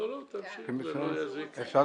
לא, תמשיך, זה לא יזיק, זה שייך לעבודה.